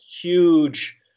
huge